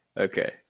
Okay